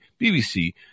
BBC